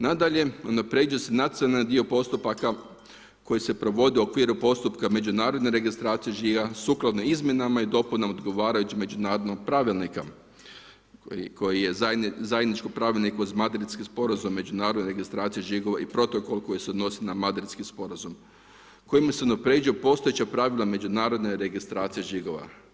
Nadalje, unapređuje se nacionalni dio postupaka koji se provode u okviru postupka međunarodne registracije žiga sukladno izmjenama i dopunama odgovarajućeg međunarodnog pravilnika koji je zajednički pravilnik uz Madridski sporazum međunarodne registracije žigova i Protokol koji se odnosi na Madridski sporazum, kojim se unapređuje postojeća pravila međunarodne registracije žigova.